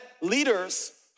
leaders